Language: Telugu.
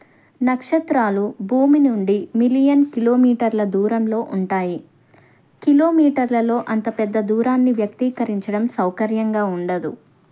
నక్షత్రాలు భూమి నుండి మిలియన్ కిలోమీటర్ల దూరంలో ఉంటాయి కిలోమీటర్లలో అంత పెద్ద దూరాన్ని వ్యక్తీకరించడం సౌకర్యంగా ఉండదు